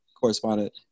correspondent